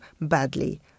badly